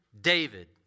David